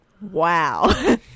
Wow